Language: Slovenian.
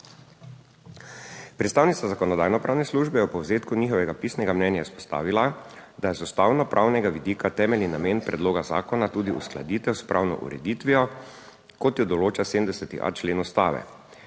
Predstavnica Zakonodajno-pravne službe je v povzetku njihovega pisnega mnenja izpostavila, da je z ustavno pravnega vidika temeljni namen predloga zakona tudi uskladitev s pravno ureditvijo, kot jo določa 70.a člen Ustave.